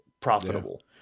profitable